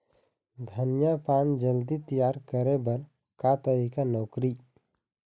धनिया पान जल्दी तियार करे बर का तरीका नोकरी?